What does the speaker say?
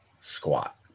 squat